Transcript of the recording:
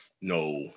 No